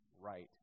right